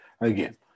again